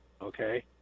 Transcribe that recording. Okay